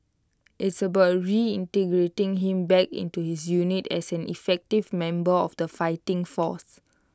it's about reintegrating him back into his unit as an effective member of the fighting force